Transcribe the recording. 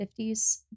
50s